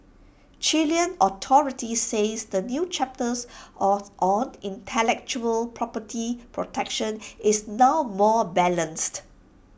Chilean authorities says the new chapters on intellectual property protection is now more balanced